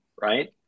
right